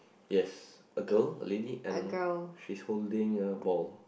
yes a girl a lady I don't know she's holding a ball